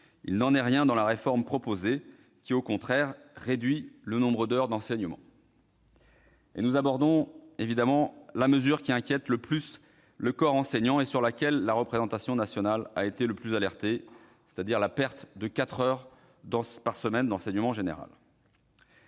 Il n'en est rien dans la réforme proposée, qui, au contraire, réduit le nombre d'heures d'enseignement. Nous en venons à la mesure qui inquiète le plus le corps enseignant et sur laquelle la représentation nationale a été le plus alertée : la perte de quatre heures par semaine d'enseignement général.